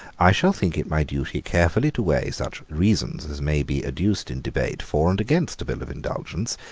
i shall think it my duty carefully to weigh such reasons as may be adduced in debate for and against a bill of indulgence,